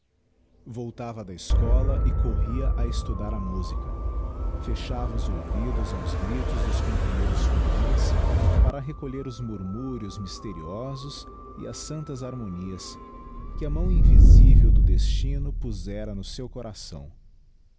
voltava da escola e corria a estudar a musica fechava os ouvidos aos gritos dos companheiros foliões para recolher os murmúrios mysteriosos e as santas harmonias que a mão invisível do destino puzera no seu coração